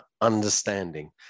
understanding